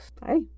Bye